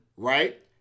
right